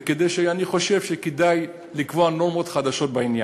ואני חושב שכדאי לקבוע נורמות חדשות בעניין.